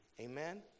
Amen